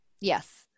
Yes